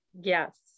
Yes